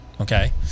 Okay